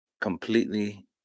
completely